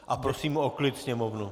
A prosím o klid sněmovnu.